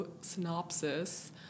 synopsis